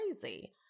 crazy